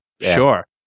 sure